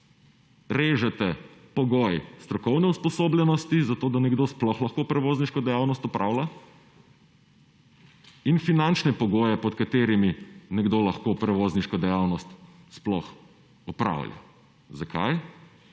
režete pogoj strokovne usposobljenosti, zato da nekdo sploh lahko prevozniško dejavnost opravlja in finančne pogoje, pod katerimi nekdo lahko prevozniško dejavnost sploh opravlja. Zakaj?